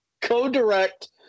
co-direct